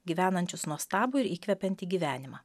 gyvenančius nuostabų ir įkvepiantį gyvenimą